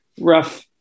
rough